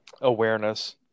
awareness